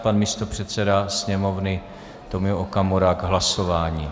Pan místopředseda Sněmovny Tomio Okamura k hlasování.